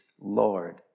Lord